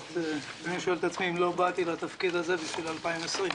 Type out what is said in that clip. אני שואל את עצמי אם לא באתי לתפקיד הזה בשביל 2020,